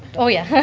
oh yeah.